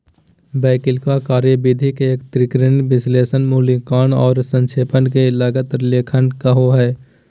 वैकल्पिक कार्यविधि के एकत्रीकरण, विश्लेषण, मूल्यांकन औरो संक्षेपण के लागत लेखांकन कहो हइ